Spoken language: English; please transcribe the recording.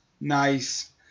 Nice